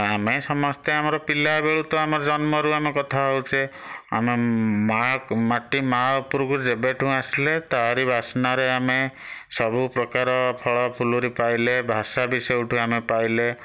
ଆମେ ସମସ୍ତେ ଆମର ପିଲାବେଳୁ ତ ଆମ ଜନ୍ମରୁ ଆମେ କଥା ହେଉଛେ ଆମେ ମାଁ ମାଟି ମାଁ ଉପରକୁ ଯେବେଠୁ ଆସିଲେ ତା'ରି ବାସ୍ନାରେ ଆମେ ସବୁପ୍ରକାର ଫଳଫୁଲରୁ ପାଇଲେ ଭାଷା ବି ସେଇଠୁ ଆମେ ପାଇଲେ